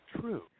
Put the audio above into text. true